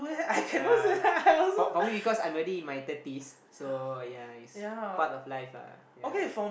yeah for for me because I'm already in my thirties so ya it's part of life lah ya